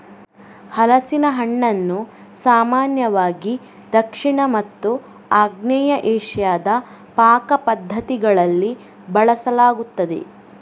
ಹಲಸಿನ ಹಣ್ಣನ್ನು ಸಾಮಾನ್ಯವಾಗಿ ದಕ್ಷಿಣ ಮತ್ತು ಆಗ್ನೇಯ ಏಷ್ಯಾದ ಪಾಕ ಪದ್ಧತಿಗಳಲ್ಲಿ ಬಳಸಲಾಗುತ್ತದೆ